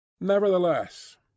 Nevertheless